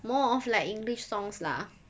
more of like english songs lah